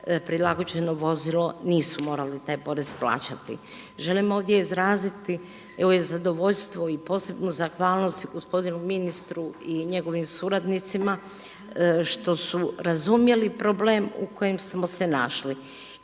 prilagođeno vozilo, nisu morali taj porez plaćati. Želim ovdje izraziti i zadovoljstvo i posebnu zahvalnost i gospodinu ministru i njegovim suradnicima što su razumjeli problem u kojem smo se našli